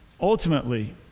ultimately